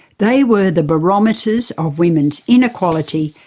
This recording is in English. they were the barometers of women's inequality,